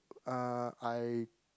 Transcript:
uh I